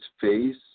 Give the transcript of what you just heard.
face